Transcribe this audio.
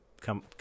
come